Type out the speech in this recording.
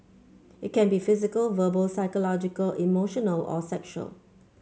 it can be physical verbal psychological emotional or sexual